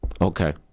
okay